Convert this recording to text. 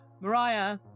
mariah